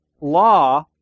law